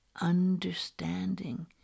understanding